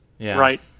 right